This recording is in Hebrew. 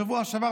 בשבוע שעבר,